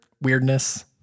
weirdness